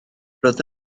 roedd